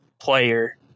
player